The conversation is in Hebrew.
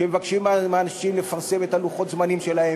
כשמבקשים מאנשים לפרסם את לוחות הזמנים שלהם